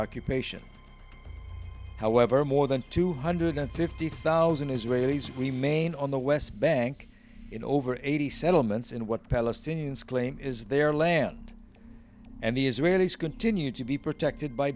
occupation however more than two hundred fifty thousand israelis remain on the west bank in over eighty settlements in what palestinians claim is their land and the israelis continue to be protected by